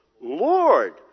Lord